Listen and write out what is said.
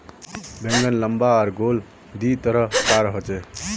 बैंगन लम्बा आर गोल दी तरह कार होचे